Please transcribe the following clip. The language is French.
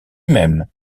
même